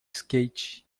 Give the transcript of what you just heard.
skate